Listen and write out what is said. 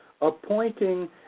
appointing